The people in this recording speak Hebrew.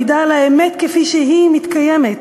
מעידה על האמת כפי שהיא מתקיימת.